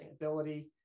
sustainability